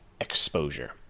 exposure